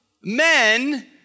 men